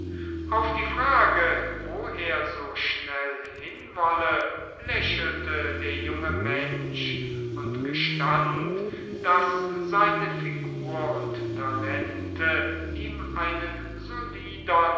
auf die frage wo er so schnell hinwolle lächelte der junge mensch und gestand daß seine figur und talente ihm einen solidern